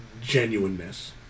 genuineness